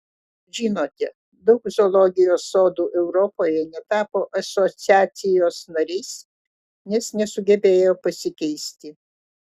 žinote daug zoologijos sodų europoje netapo asociacijos nariais nes nesugebėjo pasikeisti